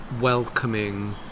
welcoming